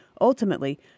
Ultimately